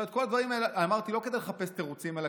את כל הדברים האלה אמרתי לא כדי לחפש תירוצים אלא